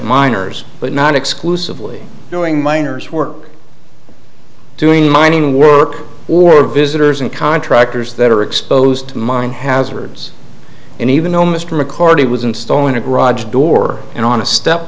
miners but not exclusively doing miners work doing mining work or visitors and contractors that are exposed to mine hazards and even though mr mccarty was installing a garage door and on a step